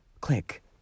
click